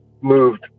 moved